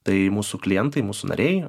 tai mūsų klientai mūsų nariai